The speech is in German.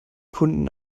kunden